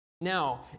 Now